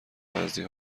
بعضی